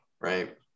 Right